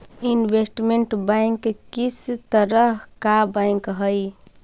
investment bank किस तरह का बैंक हई